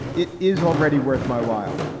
it is already worth my while.